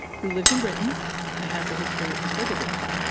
who lives in britain and has a history of drug addiction.